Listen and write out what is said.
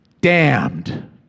damned